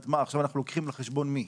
עכשיו אנחנו לוקחים על חשבון מי?